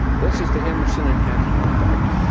this is the emerson enhancement effect.